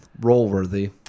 role-worthy